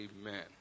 Amen